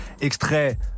extrait